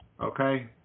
Okay